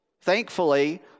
Thankfully